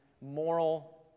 moral